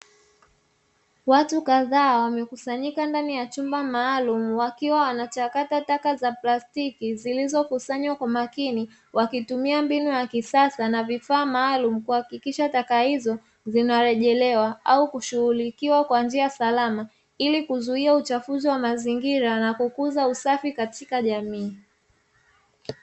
Watu kadhaa wamekusanyika ndani ya chumba maalumu, wakiwa wanachakata taka za plastiki, zilizokusanywa kwa makini, wakitumia mbinu ya kisasa na vifaa maalumu kuhakikisha taka hizo zinarejelewa au kushughulikiwa kwa njia salama, ili kuzuia uchafuzi wa mazingira na kukuza usafi katika jamii.